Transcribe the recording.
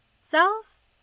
cells